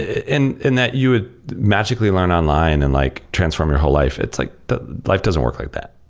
in in that you would magically learn online and like transform your whole life. it's like the life doesn't work like that.